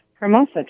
Hermosa